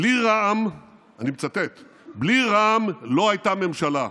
בלי רע"מ, אני מצטט, בלי רע"מ לא הייתה ממשלה.